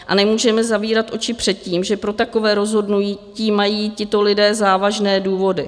A nemůžeme zavírat oči před tím, že pro takové rozhodnutí mají tito lidé závažné důvody.